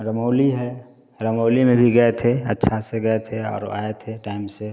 रमौली है रमौली में भी गए थे अच्छा से गए थे और आए थे टैम से